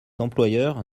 employeurs